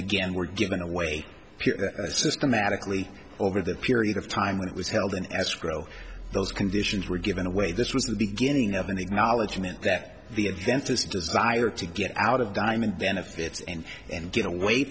again were given away systematically over the period of time when it was held in escrow those conditions were given away this was the beginning of an acknowledgement that the adventists desire to get out of diamond benefits and and get away